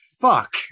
fuck